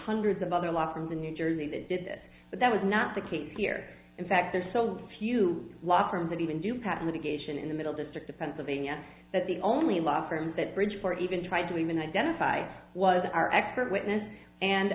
hundreds of other law firms in new jersey that did this but that was not the case here in fact there are so few law firms that even do patent litigation in the middle district of pennsylvania that the only law firms that bridgeport even tried to even identify was our expert witness and